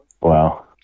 Wow